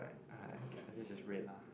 uh I get this is red lah